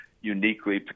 uniquely